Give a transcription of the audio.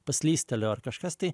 paslystelėjo ar kažkas tai